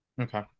Okay